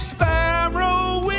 Sparrow